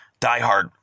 diehard